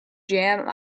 jam